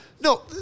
No